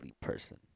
person